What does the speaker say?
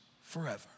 forever